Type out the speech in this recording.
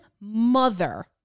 mother